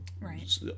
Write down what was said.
right